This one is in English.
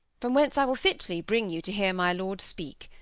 from whence i will fitly bring you to hear my lord speak.